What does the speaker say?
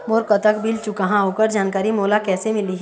मोर कतक बिल चुकाहां ओकर जानकारी मोला कैसे मिलही?